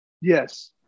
Yes